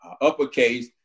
uppercase